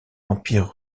empire